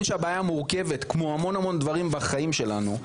שהבעיה מורכבת כמו המון המון דברים בחיים שלנו,